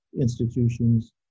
institutions